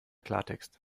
klartext